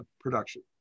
production